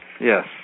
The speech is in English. Yes